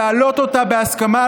להעלות אותה בהסכמה,